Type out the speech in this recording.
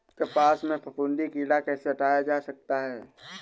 कपास से फफूंदी कीड़ा कैसे हटाया जा सकता है?